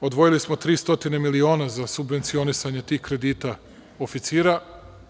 Odvojili smo 300 miliona za subvencionisanje tih kredita oficira